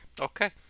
Okay